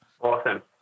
Awesome